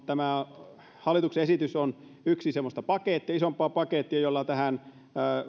tämä hallituksen esitys on yksi osa semmoista isompaa pakettia jolla tähän